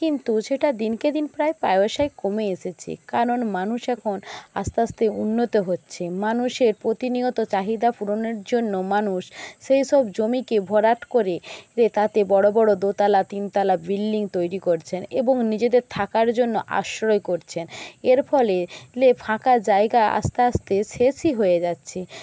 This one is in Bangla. কিন্তু সেটা দিনকে দিন প্রায় প্রায়শই কমে এসেছে কারণ মানুষ এখন আস্তে আস্তে উন্নত হচ্ছে মানুষের প্রতিনিয়ত চাহিদা পূরণের জন্য মানুষ সেই সব জমিকে ভরাট করে তাতে বড়ো বড়ো দোতালা তিনতালা বিল্ডিং তৈরি করছেন এবং নিজেদের থাকার জন্য আশ্রয় করছেন এর ফলে লে ফাঁকা জায়গা আস্তে আস্তে শেষই হয়ে যাচ্ছে